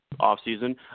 offseason